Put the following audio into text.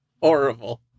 horrible